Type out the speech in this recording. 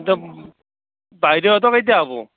বাইদেউহঁতৰ কেইটা হ'ব